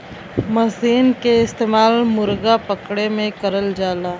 मसीन के इस्तेमाल मुरगा पकड़े में करल जाला